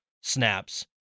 snaps